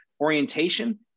orientation